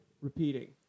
repeating